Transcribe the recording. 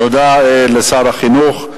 תודה לשר החינוך.